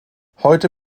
heute